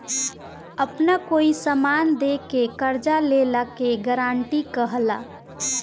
आपन कोई समान दे के कर्जा लेला के गारंटी कहला